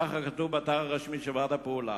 כך כתוב באתר הרשמי של ועד הפעולה.